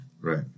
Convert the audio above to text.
Right